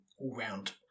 all-round